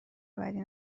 بدی